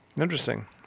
interesting